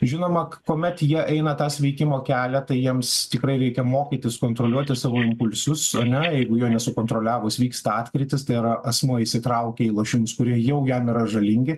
žinoma kuomet jie eina tą sveikimo kelią tai jiems tikrai reikia mokytis kontroliuoti savo impulsus ane jeigu jo nesukontroliavus vyksta atkrytis tai yra asmuo įsitraukia į lošimus kurie jau jam yra žalingi